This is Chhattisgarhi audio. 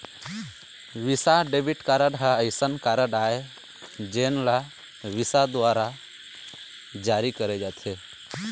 विसा डेबिट कारड ह असइन कारड आय जेन ल विसा दुवारा जारी करे जाथे